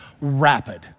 rapid